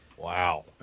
Wow